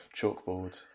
chalkboard